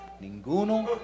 Ninguno